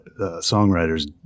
songwriters